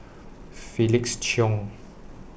Felix Cheong